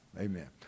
Amen